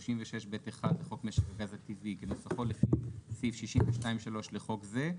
36(ב1) לחוק משק הגז הטבעי כנוסחו לפי סעיף 62(3) לחוק זה,